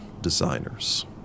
designers